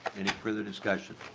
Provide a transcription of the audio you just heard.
any further discussion?